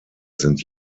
sind